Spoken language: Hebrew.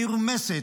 נרמסת,